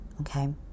okay